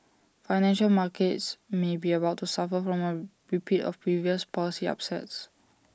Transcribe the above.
financial markets may be about to suffer from A repeat of previous policy upsets